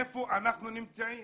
איפה אנחנו נמצאים?